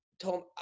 told